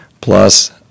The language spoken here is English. plus